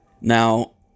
Now